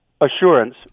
assurance